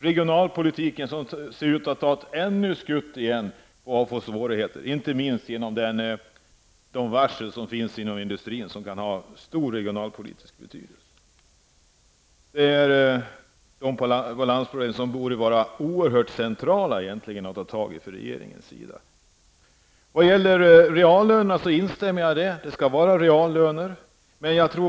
Regionalpolitiken ser ut att ha drabbats av ytterligare svårigheter, inte minst på grund av de varsel som sker inom industrin, något som kan ha stor regionalpolitisk betydelse. Detta borde vara oerhört centrala problem för regeringen att ta tag i. Jag instämmer i att det skall vara reallöner.